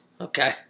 Okay